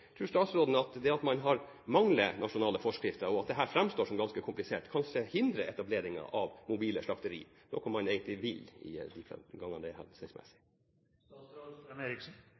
at man mangler nasjonale forskrifter, og at dette framstår som ganske komplisert, kanskje hindrer etablering av mobile slakteri, noe man egentlig vil ha, de gangene det